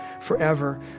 forever